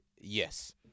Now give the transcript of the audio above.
yes